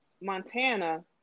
Montana